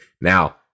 Now